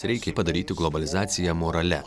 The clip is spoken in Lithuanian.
reikia padaryti globalizaciją moralia